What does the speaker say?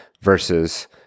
versus